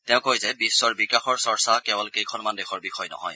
তেওঁ কয় যে বিশ্বৰ বিকাশৰ চৰ্চা কেৱল কেইখনমান দেশৰ বিষয় নহয়